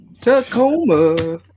Tacoma